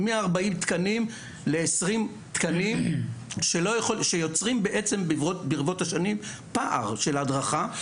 מ-40 תקנים ל-20 תקנים שיוצרים בעצם ברבות השנים פער של הדרכה.